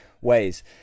ways